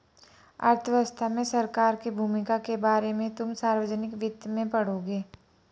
अर्थव्यवस्था में सरकार की भूमिका के बारे में तुम सार्वजनिक वित्त में पढ़ोगे